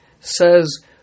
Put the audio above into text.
says